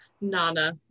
Nana